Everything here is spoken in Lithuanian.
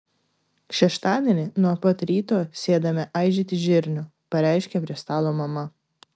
šeštadienį nuo pat ryto sėdame aižyti žirnių pareiškė prie stalo mama